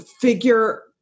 figure